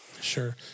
sure